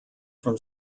from